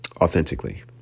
authentically